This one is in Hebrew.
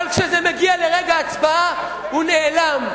אבל כשזה מגיע לרגע ההצבעה, הוא נעלם.